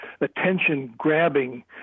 attention-grabbing